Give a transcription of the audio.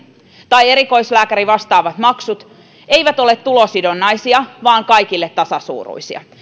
tai erikoislääkärin vastaavat maksut eivät ole tulosidonnaisia vaan kaikille tasasuuruisia